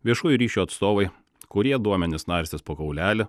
viešųjų ryšių atstovai kurie duomenis narstys po kaulelį